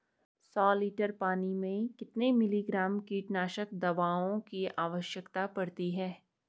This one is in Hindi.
सौ लीटर पानी में कितने मिलीग्राम कीटनाशक दवाओं की आवश्यकता पड़ती है?